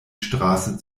straße